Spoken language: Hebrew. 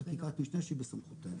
יש חקיקת משנה שהיא בסמכותנו.